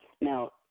Now